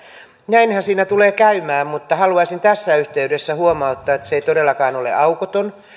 näinhän siinä tulee käymään mutta haluaisin tässä yhteydessä huomauttaa että se ei todellakaan ole aukoton